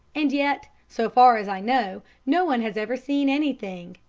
and yet, so far as i know, no one has ever seen anything.